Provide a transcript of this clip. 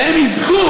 והם יזכו,